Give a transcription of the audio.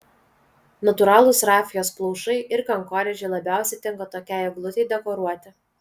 natūralūs rafijos plaušai ir kankorėžiai labiausiai tinka tokiai eglutei dekoruoti